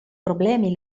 problemi